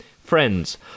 friends